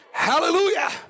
Hallelujah